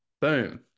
boom